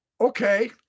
okay